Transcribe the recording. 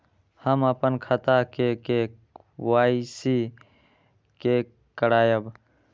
हम अपन खाता के के.वाई.सी के करायब?